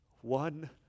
one